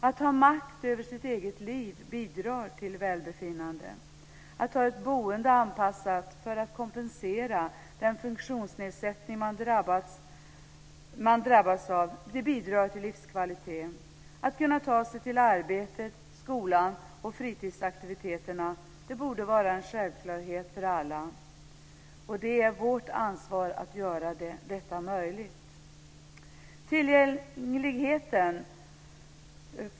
Att ha makt över sitt eget liv bidrar till välbefinnande. Att ha ett boende anpassat för att kompensera den funktionsnedsättning man drabbats av bidrar till livskvalitet. Att kunna ta sig till arbetet, skolan och fritidsaktiviteterna borde vara en självklarhet för alla. Det är vårt ansvar att göra detta möjligt.